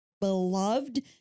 beloved